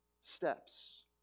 steps